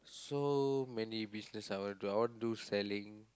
so many business I wanna do I wanna do selling